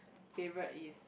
favourite is